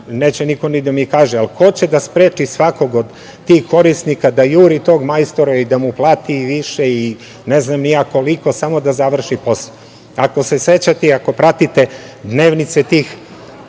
neće niko ni da mi kaže, ali ko će da spreči svakog tih korisnika da juri tog majstora i da mu plati i više i ne znam ni ja koliko samo da završi posao? Ako se sećate i ako pratite, dnevnice tih